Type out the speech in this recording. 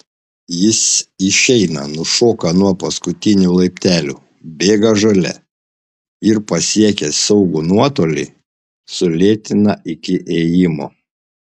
jis išeina nušoka nuo paskutinių laiptelių bėga žole ir pasiekęs saugų nuotolį sulėtina iki ėjimo